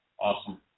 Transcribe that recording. Awesome